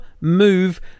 Move